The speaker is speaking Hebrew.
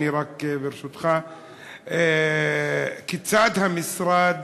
1. כיצד המשרד